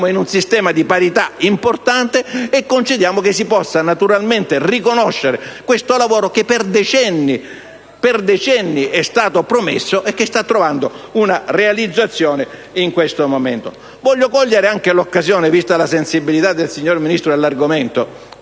in un sistema di parità importante e concediamo che si possa naturalmente riconoscere questo lavoro che, per decenni, è stato promesso e che sta trovando una realizzazione in questo momento. Voglio cogliere anche l'occasione, vista la sensibilità del Ministro sull'argomento,